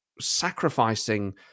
sacrificing